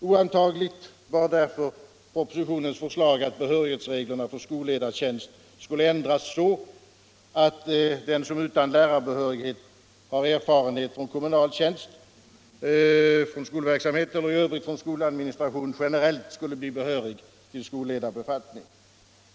Oantagligt var därför propositionens förslag att behörighetsreglerna för skolledartjänst skulle ändras så att den som utan lärarbehörighet har erfarenhet från kommunal tjänst — från skolverksamhet eller i övrigt från skoladministration — generellt skulle bli behörig till skolledarbefattning.